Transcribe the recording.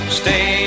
stay